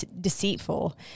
deceitful